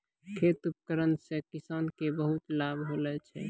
खेत उपकरण से किसान के बहुत लाभ होलो छै